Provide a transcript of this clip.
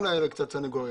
גם על שלום האסירים,